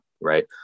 right